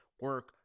Work